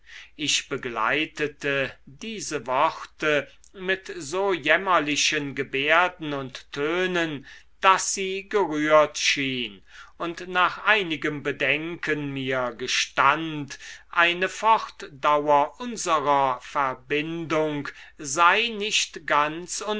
ich begleitete diese worte mit so jämmerlichen gebärden und tönen daß sie gerührt schien und nach einigem bedenken mir gestand eine fortdauer unserer verbindung sei nicht ganz